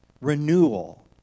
renewal